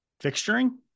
fixturing